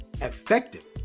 effective